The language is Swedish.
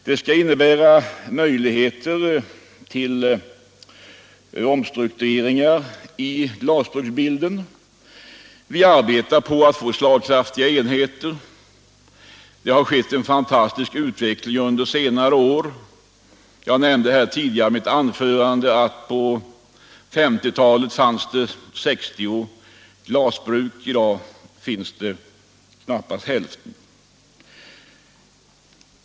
Det skall ge möjligheter till omstruktureringar i branschen. Vi arbetar på att få slagkraftiga enheter. Det har skett en fantastisk utveckling under senare år. Jag nämnde i mitt tidigare anförande att det på 1950-talet fanns 60 glasbruk, i dag finns knappast hälften.